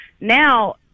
Now